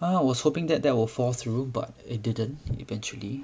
well I was hoping that that will fall through but it didn't eventually